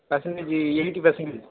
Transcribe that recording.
percentage eighty percentage